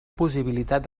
possibilitat